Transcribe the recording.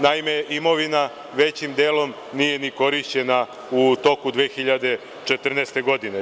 Naime, imovina većim delom nije ni korišćena u toku 2014. godine.